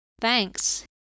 Thanks